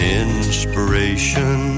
inspiration